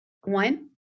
one